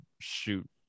shoot